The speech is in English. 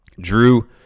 Drew